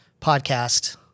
podcast